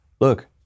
look